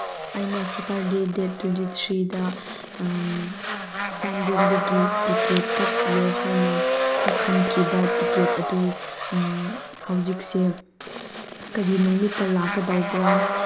ꯑꯩꯅ Saturday date twenty third ꯆꯥꯟꯗꯦꯜꯗꯒꯤ ticket ꯀꯛꯄꯤꯌꯣ ꯍꯥꯏꯅ ꯀꯛꯍꯟꯈꯤꯕ ꯇꯤꯀꯦꯠ ꯑꯗꯨ ꯍꯧꯖꯤꯛꯁꯦ ꯀꯔꯤ ꯅꯨꯃꯤꯠꯇ ꯂꯥꯛꯀꯗꯧꯕ꯭ꯔꯥ